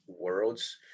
Worlds